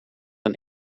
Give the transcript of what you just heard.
een